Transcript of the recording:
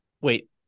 Wait